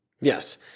Yes